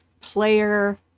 Player